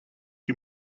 you